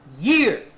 year